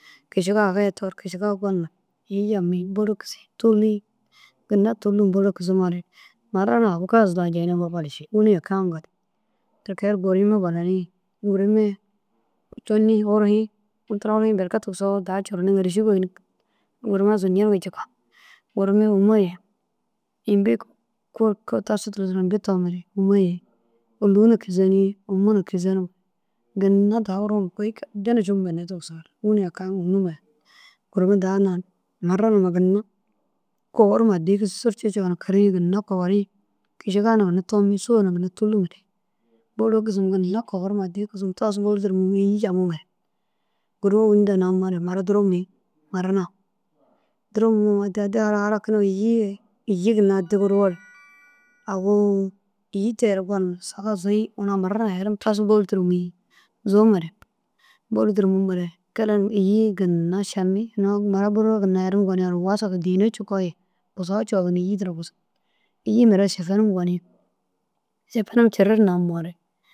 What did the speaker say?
Kišiga aga hetoore gonum îyi jamiĩg bôli kisi tûli ginna tûlum bôla kisimoore marara awu gaz daha jenigoo gali ši. Wîni eke ŋa gali. Ti kee gurima buraniĩ gurima tûliĩ furiĩ. Berke tigisoo daha curuniĩ ŋêliši gôyiniĩg gurima zunjinigo jika. Gurima hûmo ye imbi tasu tira duro imbi toomare hûmo ye ôlu na kizeniĩ hûmo kizenim ginna daha urusi kôi addi na cuwu bênne kisimare. Wîni eke ŋa fûnimare gurima daha nayĩ marara numa ginna kogorum addiya kisim surci conoo kiriĩ ginna koworiĩ kišiga naa ginna tomiĩ sôo na ginna tûlumere bôla kisim ginna kogorum addiya kisimare tasu bôli duro mûm îyi jamumare gurima wîni daha namoore mura duro mûyĩ. Marara duro mûyĩ addi addi halakinore îyiĩ îyi ginna addi guruwoore awu îyi te re gonum saga zuyĩ unu marara herim tasu bôli duro mûyĩ. Zuumare bôli duro mûmere kelenim îyi ginna šeŋi unu mura bôla ginna herim gonuwoore wasag dîhina cikoo ye busawu coo ye ginna îyiĩ duro busug. Îyiĩ mire sefenim goniĩ sefenim cirir namoore.